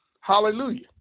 Hallelujah